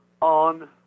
on